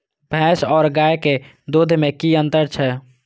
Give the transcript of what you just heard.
भैस और गाय के दूध में कि अंतर छै?